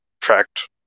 tracked